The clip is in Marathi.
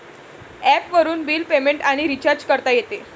ॲपवरून बिल पेमेंट आणि रिचार्ज करता येते